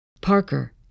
Parker